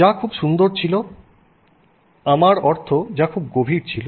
যা খুব সুন্দর ছিল আমার অর্থ যা খুব গভীর ছিল